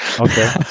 Okay